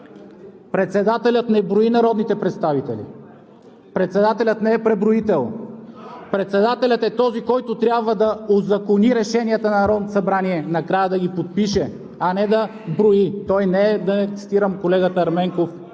Председателят не брои народните представители, председателят не е преброител! Председателят е този, който трябва да узакони решенията на Народното събрание – накрая да ги подпише, а не да брои. Той не е… – да не цитирам колегата Ерменков.